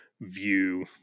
view